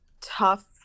tough